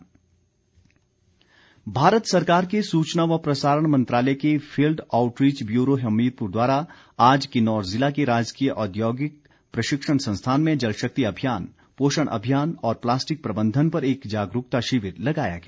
outreach bureau Bharat सरकार के सूचना व प्रसारण मंत्रालय के फील्ड आउटरीच ब्यूरो हमीरपुर द्वारा आज किन्नौर जिला के राजकीय औद्योगिक प्रशिक्षण संस्थान में जलशक्ति अभियान पोषण अभियान और प्लास्टिक प्रबंधन पर एक जागरूकता शिविर लगाया गया